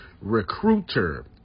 Recruiter